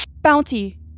Bounty